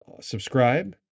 Subscribe